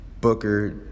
Booker